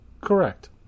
correct